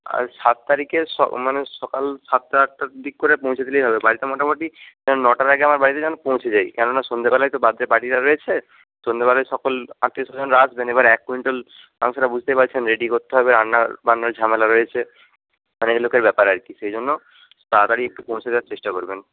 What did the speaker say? আর সাত তারিখের মানে সকাল সাতটা আটটার দিক করে পৌঁছে দিলেই হবে বাড়িতে মোটামুটি নটার আগে আমার বাড়িতে যেন পৌঁছে যায় কেননা সন্ধ্যেবেলায় তো বার্থডে পার্টিটা রয়েছে সন্ধ্যেবেলায় সকল আত্মীয় স্বজনরা আসবেন এবার এক কুইন্টাল মাংসটা বুঝতেই পারছেন রেডি করতে হবে রান্নাবান্নার ঝামেলা রয়েছে অনেক লোকের ব্যাপার আর কি সেই জন্য তাড়াতাড়ি একটু পৌঁছে দেওয়ার চেষ্টা করবেন